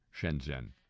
Shenzhen